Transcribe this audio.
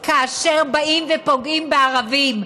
כאשר באים ופוגעים בערבים.